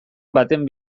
baten